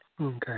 Okay